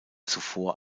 zuvor